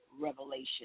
revelation